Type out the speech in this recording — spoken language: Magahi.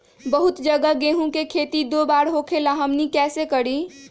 बहुत जगह गेंहू के खेती दो बार होखेला हमनी कैसे करी?